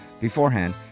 beforehand